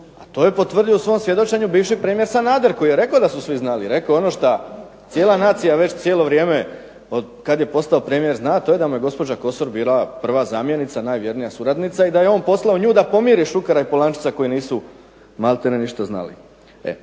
a to je potvrdio u svom svjedočenju bivši premijer Sanader koji je rekao da su svi znali, rekao je ono šta cijela nacija već cijelo vrijeme od kad je postao premijer zna, to je da mu je gospođa Kosor bila prva zamjenika, najvjernija suradnica, i da je on poslao nju da pomiri Šukera i Polančeca koji nisu maltene ništa znali. I